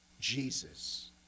Jesus